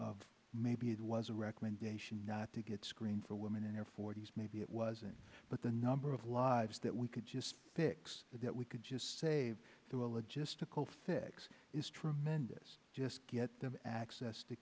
maybe it was a recommendation not to get screened for women in their forty's maybe it wasn't but the number of lives that we could just picks that we could just say to a logistical fix is tremendous just get them access to